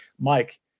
Mike